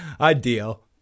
ideal